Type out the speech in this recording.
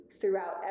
throughout